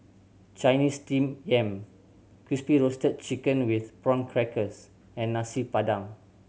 Chinese Steamed Yam Crispy Roasted Chicken with Prawn Crackers and Nasi Padang